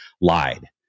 lied